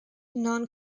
non